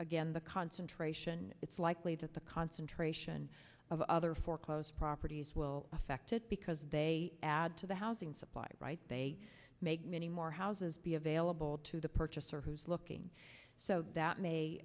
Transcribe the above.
again the concentration it's likely that the concentration of other foreclosed properties will affect it because they add to the housing supply right they make many more houses be available to the purchaser who's looking so that may